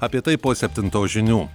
apie tai po septintos žinių